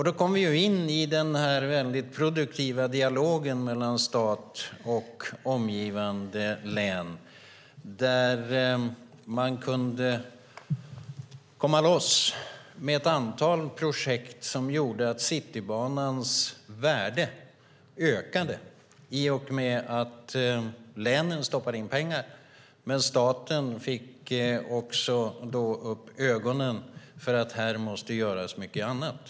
Då kom vi in i den produktiva dialogen mellan stat och omgivande län där man kunde komma loss med ett antal projekt som gjorde att Citybanans värde ökade i och med att länen stoppade in pengar. Men staten fick då också upp ögonen för att här måste göras mycket annat.